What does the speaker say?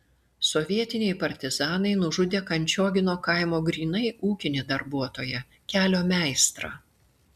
sovietiniai partizanai nužudė kančiogino kaimo grynai ūkinį darbuotoją kelio meistrą